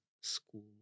school